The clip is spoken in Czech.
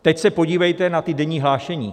Teď se podívejte na denní hlášení.